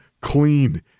clean